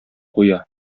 куя